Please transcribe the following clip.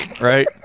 Right